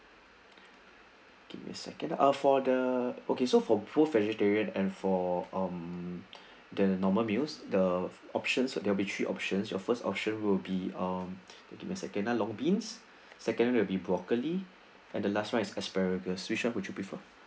give me a second ah for the okay so for full vegetarian and for um than the normal meals the options there will be three options your first option will be give me a second long beans second will be broccoli and the last one is asparagus which [one] would you prefer